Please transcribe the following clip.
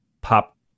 pop